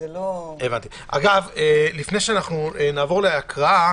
לפני שנעבור להקראה.